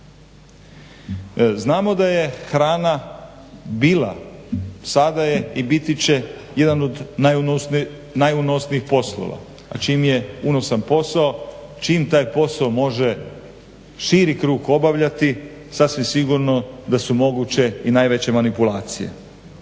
Znamo da je hrana bila sada je i biti će jedan od najunosnijih poslova, a čim je unosan posao, čim taj posao može širi krug obavljati sasvim sigurno da su moguće i najveće manipulacije.